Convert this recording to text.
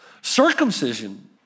Circumcision